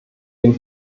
dem